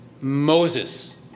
Moses